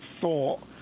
thought